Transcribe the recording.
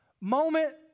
moment